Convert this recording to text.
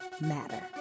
matter